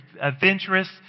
adventurous